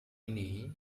ini